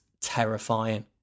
terrifying